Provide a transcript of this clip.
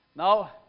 Now